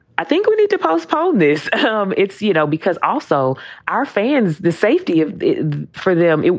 i think we need to postpone this. um it's you know, because also our fans, the safety of for them,